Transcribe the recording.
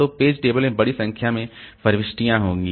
तो page table में बड़ी संख्या में प्रविष्टियाँ होंगी